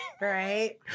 right